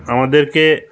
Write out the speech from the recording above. আমাদেরকে